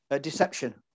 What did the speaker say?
Deception